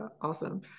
Awesome